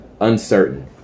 uncertain